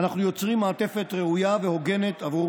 אנחנו יוצרים מעטפת ראויה והוגנת עבור